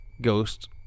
ghost